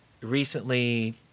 recently